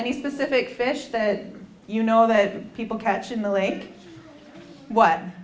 any specific fish that you know that people catch in the lake